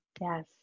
yes